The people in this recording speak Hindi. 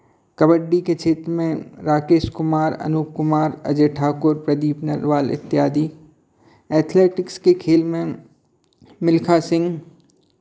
कबड्डी के क्षेत्र में राकेश कुमार अनूप कुमार अजय ठाकुर प्रदीप नेरवाल इत्यादि एथलेटिक्स के खेल में मिल्खा सिंह